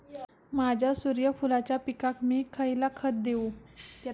माझ्या सूर्यफुलाच्या पिकाक मी खयला खत देवू?